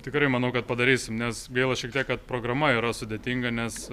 tikrai manau kad padarysiu nes gaila šiek tiek kad programa yra sudėtinga nes